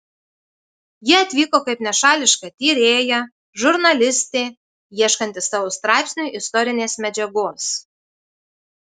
ji atvyko kaip nešališka tyrėja žurnalistė ieškanti savo straipsniui istorinės medžiagos